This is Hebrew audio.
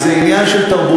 כי זה עניין של תרבות,